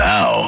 Now